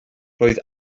roedd